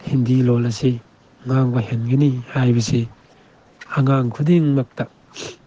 ꯍꯤꯟꯗꯤ ꯂꯣꯟ ꯑꯁꯤ ꯉꯥꯡꯕ ꯍꯩꯍꯟꯒꯅꯤ ꯍꯥꯏꯕꯁꯤ ꯑꯉꯥꯡ ꯈꯨꯗꯤꯡꯃꯛꯇ